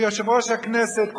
יושב-ראש הכנסת,